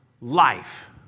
life